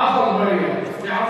אקוניס.